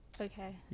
Okay